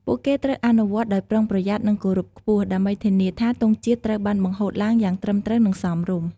ពួកគេត្រូវអនុវត្តដោយប្រុងប្រយ័ត្ន និងគោរពខ្ពស់ ដើម្បីធានាថាទង់ជាតិត្រូវបានបង្ហូតឡើងយ៉ាងត្រឹមត្រូវ និងសមរម្យ។